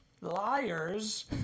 liars